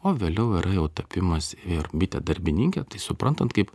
o vėliau yra jau tapimas ir bite darbininke tai suprantant kaip